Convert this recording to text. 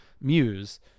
muse